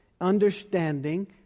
understanding